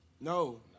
No